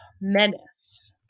menace